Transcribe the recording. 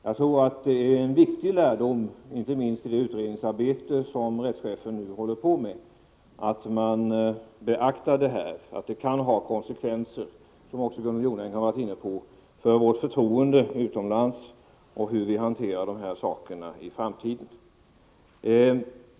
Jag tror att det är en viktig lärdom, inte minst i det utredningsarbete som rättschefen nu håller på med, att man beaktar att det kan ha konsekvenser — något som också Gunnel Jonäng var inne på — för vårt förtroende utomlands hur vi hanterar dessa saker i framtiden.